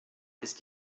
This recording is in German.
ist